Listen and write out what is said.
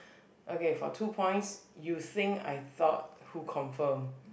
okay for two points you think I thought who confirm